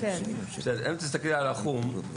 אם תסתכלי על החום,